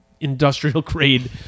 industrial-grade